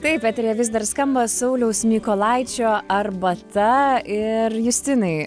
taip eteryje vis dar skamba sauliaus mykolaičio arbata ir justinai